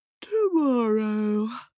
tomorrow